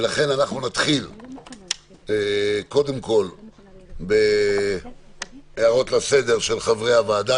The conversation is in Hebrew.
ולכן אנחנו נתחיל קודם כול בהערות לסדר של חברי הוועדה,